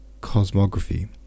cosmography